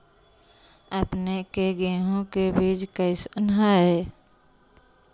अपने के गेहूं के बीज कैसन है?